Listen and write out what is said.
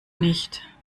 nicht